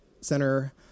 center